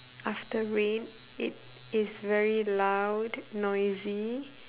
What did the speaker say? after rain it is very loud noisy